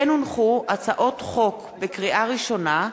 לקריאה ראשונה,